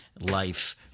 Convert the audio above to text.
life